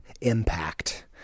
impact